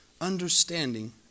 understanding